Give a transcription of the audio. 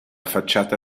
facciata